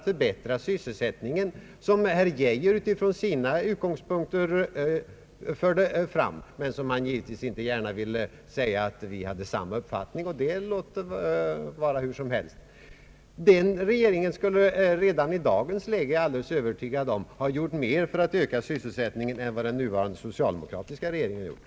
Herr Geijer förde fram dem från sina utgångspunkter men ville givetvis inte gärna säga, att vi hade samma uppfattning — och det må så vara. Men en ny regering skulle redan i dagens läge, det är jag övertygad om, ha gjort mer för att öka sysselsättningen än vad den nuvarande socialdemokratiska regeringen har gjort.